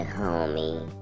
homie